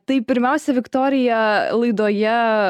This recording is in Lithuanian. tai pirmiausia viktorija laidoje